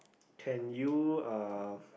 can you uh